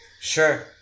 sure